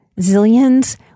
Zillions